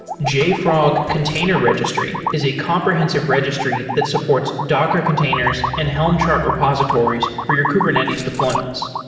jfrog container registry is a comprehensive registry that supports docker containers and helm chart repositories for your kubernetes deployments.